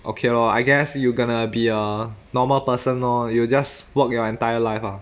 okay lor I guess you gonna be a normal person lor you'll just work your entire life ah